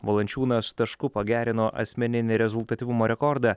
valančiūnas tašku pagerino asmeninį rezultatyvumo rekordą